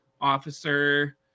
officer